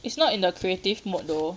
it's not in the creative mode though